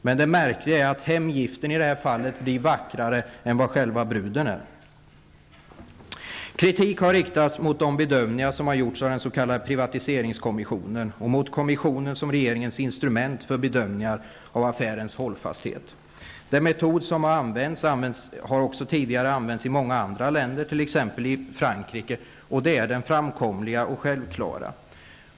Men det märkliga är att hemgiften i detta fall blir vackrare än själva bruden. Kritik har riktats mot de bedömningar som har gjorts av den s.k. privatiseringskommissionen och mot kommissionen som regeringens instrument för bedömningen av affärers hållfasthet. Denna metod har tidigare använts i många länder, t.ex. i Frankrike, och det är den framkomliga och självklara.